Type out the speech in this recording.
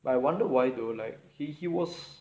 but I wonder why though like he he was